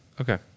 Okay